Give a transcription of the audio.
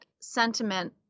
sentiment